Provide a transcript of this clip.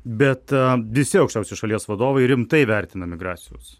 bet visi aukščiausi šalies vadovai rimtai vertina migracijos